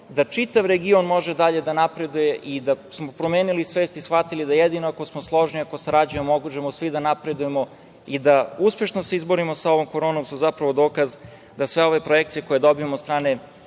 da čitav region može dalje da napreduje i da smo promenili svest i shvatili da jedino ako smo složni, ako sarađujemo možemo svi da napredujemo i da uspešno se izborimo sa ovom koronom su zapravo dokaz da sve ove projekcije koje dobijamo od strane